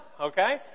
Okay